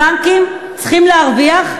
הבנקים צריכים להרוויח,